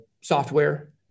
software